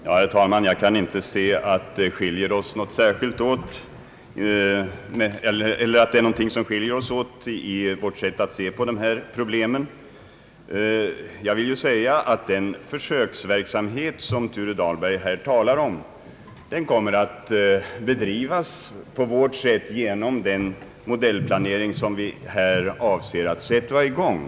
Herr talman! Jag kan inte finna att någonting skiljer oss åt i vårt sett att se på dessa problem. Jag vill framhålla att den försöksverksamhet som herr Thure Dahlberg här talar om kommer att bedrivas på vårt sätt genom den modellplanering som vi avser att sätta i gång.